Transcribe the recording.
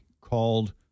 called